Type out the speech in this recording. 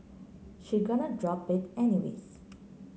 she gonna drop it anyways